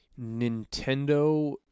Nintendo